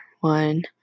one